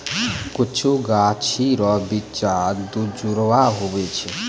कुछु गाछी रो बिच्चा दुजुड़वा हुवै छै